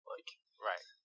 Right